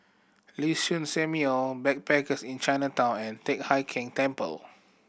Liuxun Sanhemiao Backpackers Inn Chinatown and Teck Hai Keng Temple